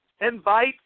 invite